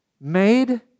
made